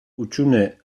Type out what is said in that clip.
hutsune